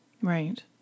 Right